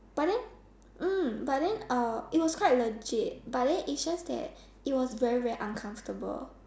but then mm but then uh it was quite legit but then it 's just that it was very very uncomfortable